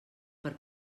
per